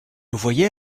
voyez